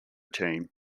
team